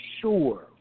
sure